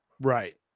Right